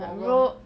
ya bro